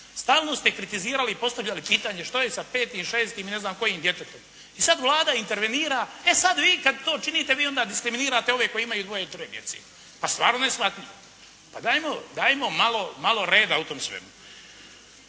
stalno ste kritizirali i postavljali pitanje što je sa petim, šestim i ne znam kojim djetetom. I sad Vlada intervenira, e sad vi kad to činite, vi onda diskriminirate ove koji imaju dvoje i troje djece. Pa stvarno neshvatljivo. Pa dajmo malo reda u tom svemu.